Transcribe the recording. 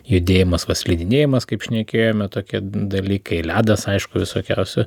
judėjimas va slidinėjimas kaip šnekėjome tokie dalykai ledas aišku visokiausių